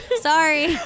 sorry